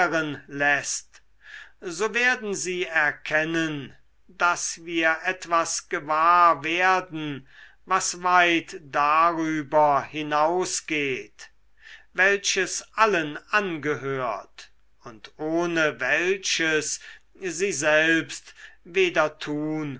so werden sie erkennen daß wir etwas gewahr werden was weit darüber hinausgeht welches allen angehört und ohne welches sie selbst weder tun